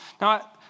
Now